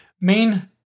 main